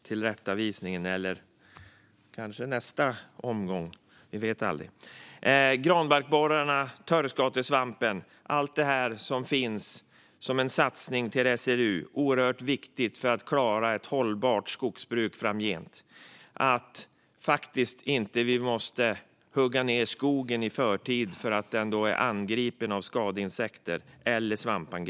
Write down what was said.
Det handlar om granbarkborrarna och törskatesvampen - allt det som omfattas av en satsning på SLU och är oerhört viktigt för att klara ett hållbart skogsbruk framgent så att vi inte måste hugga ned skogen i förtid för att den är angripen av skadeinsekter eller svamp.